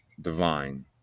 divine